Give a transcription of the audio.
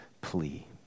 plea